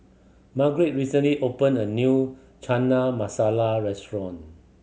Margret recently opened a new Chana Masala Restaurant